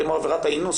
כמו עבירת האינוס,